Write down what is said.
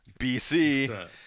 BC